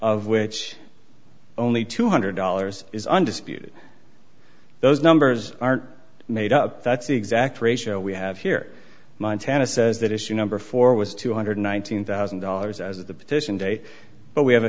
of which only two hundred dollars is undisputed those numbers aren't made up that's the exact ratio we have here montana says that issue number four was two hundred and nineteen thousand dollars as of the petition day but we have a